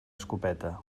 escopeta